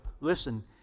listen